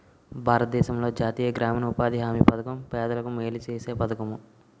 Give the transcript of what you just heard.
భారతదేశంలో జాతీయ గ్రామీణ ఉపాధి హామీ పధకం పేదలకు మేలు సేసే పధకము